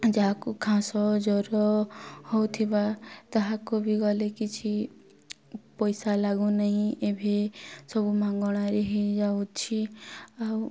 ଯାହାକୁ ଖାସ ଜ୍ୱର ହଉଥିବା ତାହାକୁ ବି ଗଲେ କିଛି ପଇସା ଲାଗୁ ନାହିଁ ଏବେ ସବୁ ମାଗଣାରେ ହେଇଯାଉଛି ଆଉ